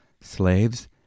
Slaves